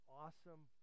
awesome